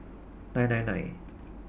nine nine nine